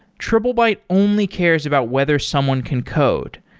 triplebyte only cares about whether someone can code.